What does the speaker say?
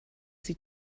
sie